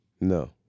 No